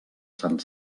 sant